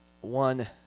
one